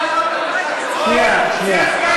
שנייה.